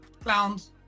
clowns